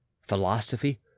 philosophy